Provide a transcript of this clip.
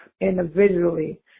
individually